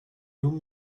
non